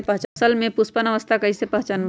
फसल में पुष्पन अवस्था कईसे पहचान बई?